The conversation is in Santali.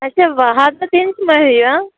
ᱟᱪᱪᱷᱟ ᱵᱟᱦᱟᱫᱚ ᱛᱤᱱ ᱥᱚᱢᱚᱭ ᱦᱩᱭᱩᱜᱼᱟ